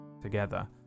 together